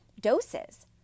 doses